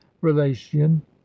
relation